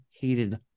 hated